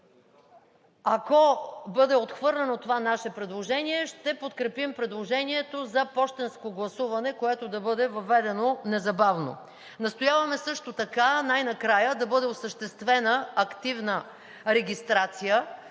Ако бъде отхвърлено това наше предложение, ще подкрепим предложението за пощенско гласуване, което да бъде въведено незабавно. Настояваме също така най-накрая да бъде осъществена активна регистрация